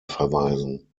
verweisen